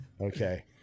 Okay